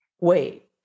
wait